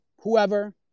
whoever